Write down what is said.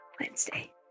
Wednesday